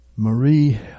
Marie